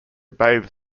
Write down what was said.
bathe